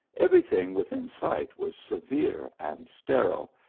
every thing within sight was severe and sterile,